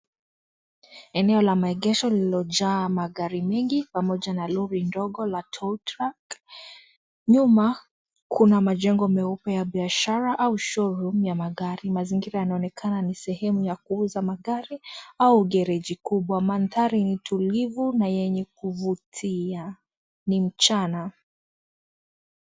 Eneo la maegesho lililojaa magari mingi pamoja na lori ndogo la Tow truck nyuma kuna majengo meupe ya biashara au showroom ya magari. Mazingira yanaonekana ni sehemu ya kuuza magari au gereji kubwa. Mandhari ni tulivu na yenye kuvutia ni mchana.